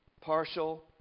partial